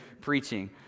preaching